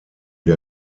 der